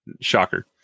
Shocker